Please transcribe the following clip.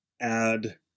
add